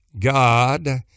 God